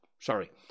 Sorry